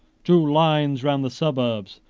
drew lines round the suburbs,